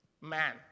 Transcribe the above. man